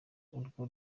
urwo